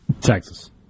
Texas